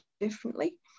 differently